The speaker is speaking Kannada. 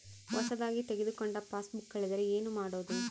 ಹೊಸದಾಗಿ ತೆಗೆದುಕೊಂಡ ಪಾಸ್ಬುಕ್ ಕಳೆದರೆ ಏನು ಮಾಡೋದು?